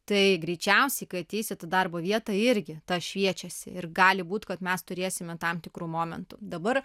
tai greičiausiai kai ateisit į darbo vietą irgi tą šviečiasi ir gali būti kad mes turėsime tam tikrų momentų dabar